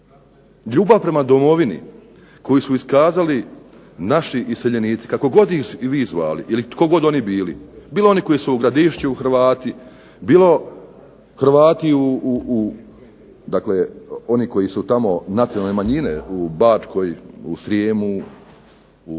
Ljubav prema Domovini koju su iskazali naši iseljenici kako god ih vi zvali ili tko god oni bili, bilo oni koji su u Gradišću Hrvati, bilo Hrvati u, dakle oni koji su tamo nacionalne manjine u Bačkoj, u Srijemu, u Banatu,